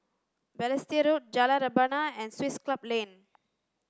Balestier Road Jalan Rebana and Swiss Club Lane